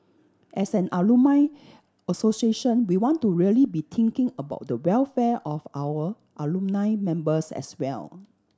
as an alumni association we want to really be thinking about the welfare of our alumni members as well